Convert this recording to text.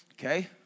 Okay